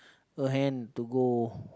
her hand to go